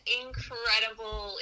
incredible